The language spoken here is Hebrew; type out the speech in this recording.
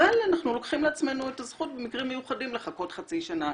אבל אנחנו לוקחים לעצמנו את הזכות במקרים מיוחדים לחכות חצי שנה.